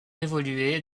évolué